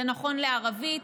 זה נכון לערבית,